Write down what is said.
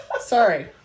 Sorry